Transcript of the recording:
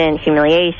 humiliation